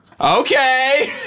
Okay